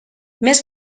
més